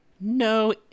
no